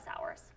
hours